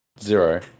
zero